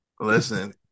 Listen